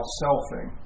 selfing